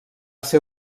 ser